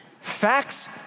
Facts